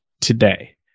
today